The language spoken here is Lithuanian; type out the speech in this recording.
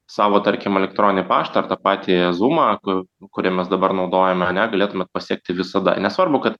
savo tarkim elektroninį paštą ar patį zumą kur kurį mes dabar naudojame ane galėtumėt pasiekti visada nesvarbu kad